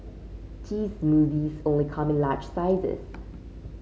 cheese smoothies only come in large sizes